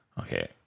Okay